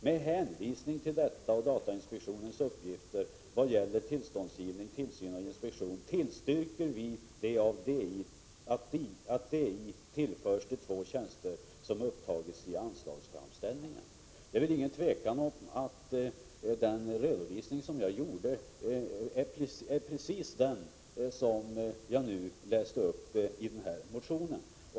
Med hänvisning till detta och datainspektionens uppgifter vad gäller tillståndsgivning, tillsyn och inspektion tillstyrker vi att DI tillförs de två tjänster som upptagits i anslagsframställningen för budgetåret 1986/87.” Det är väl inget tvivel om att den redovisning jag gjorde stämmer precis med det som jag nu läste upp ur motionen.